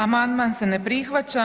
Amandman se ne prihvaća.